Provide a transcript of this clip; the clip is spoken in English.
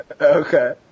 Okay